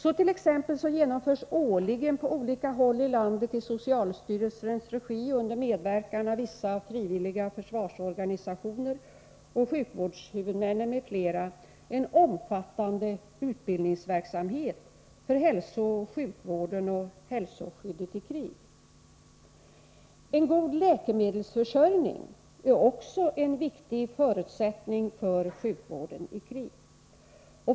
Årligen genomförs t.ex. på olika håll i landet i socialstyrelsens regi och under medverkan av vissa frivilliga försvarsorganisationer och sjukvårdshuvudmännen m.fl en omfattande utbildningsverksamhet för hälsooch sjukvården och hälsoskyddet i krig. En god läkemedelsförsörjning är också en viktig förutsättning för sjukvården i krig.